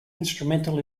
instrumental